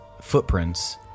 footprints